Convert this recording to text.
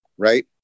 right